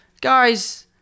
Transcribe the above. guys